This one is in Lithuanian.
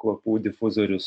kvapų difuzorius